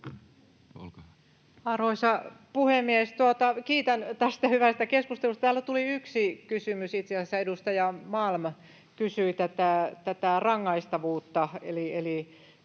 Arvoisa puhemies! Kiitän tästä hyvästä keskustelusta. Täällä tuli yksi kysymys, itse asiassa edustaja Malm kysyi rangaistavuudesta,